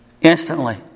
Instantly